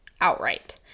outright